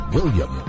William